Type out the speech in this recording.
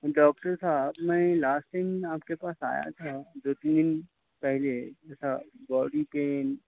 doctor صاحب میں last time آپ کے پاس آیا تھا دو تین دن پہلے جیسا باڈی پین